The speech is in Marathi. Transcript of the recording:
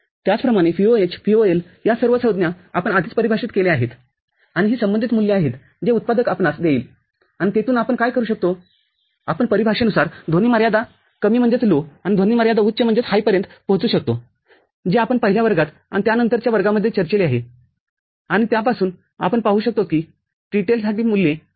त्याचप्रमाणे VOH VOL या सर्व संज्ञा आपण आधी परिभाषित केल्या आहेत आणि ही संबंधित मूल्ये आहेत जे उत्पादक आपणास देईल आणि तेथून आपण काय करू शकतोआपण परिभाषेनुसार ध्वनी मर्यादा कमी आणि ध्वनी मर्यादा उच्च पर्यंत पोहचू शकतो जे आपण पहिल्या वर्गात आणि त्यानंतरच्या वर्गांमध्ये चर्चिले आहे आणि त्यापासून आपण पाहू शकतो कि TTL साठी मूल्ये०